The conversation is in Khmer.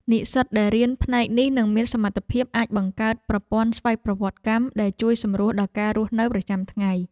និស្សិតដែលរៀនផ្នែកនេះនឹងមានសមត្ថភាពអាចបង្កើតប្រព័ន្ធស្វ័យប្រវត្តិកម្មដែលជួយសម្រួលដល់ការរស់នៅប្រចាំថ្ងៃ។